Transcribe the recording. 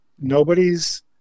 nobody's